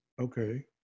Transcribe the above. Okay